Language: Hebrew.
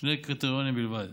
שני קריטריונים בלבד